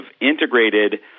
integrated